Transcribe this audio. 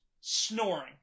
snoring